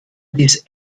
dies